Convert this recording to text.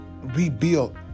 rebuild